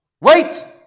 Wait